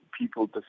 people